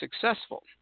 successful